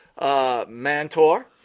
Mantor